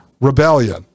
rebellion